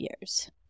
years